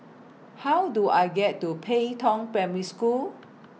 How Do I get to Pei Tong Primary School